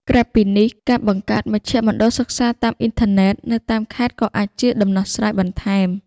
ក្រៅពីនេះ ការបង្កើតមជ្ឈមណ្ឌលសិក្សាតាមអ៊ីនធឺណិត នៅតាមខេត្តក៏អាចជាដំណោះស្រាយបន្ថែម។